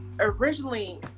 originally